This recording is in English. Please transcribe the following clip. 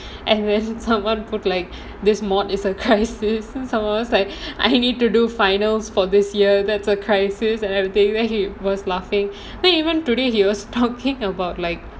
and when someone put like this module is a crisis since I was like I need to do finals for this year that's a crisis and everything then he was laughing then even today he was talking about like